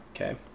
Okay